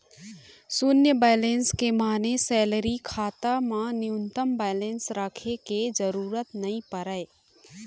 सून्य बेलेंस के माने सेलरी खाता म न्यूनतम बेलेंस राखे के जरूरत नइ परय